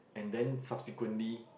and then subsequently